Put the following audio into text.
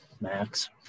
max